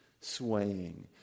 swaying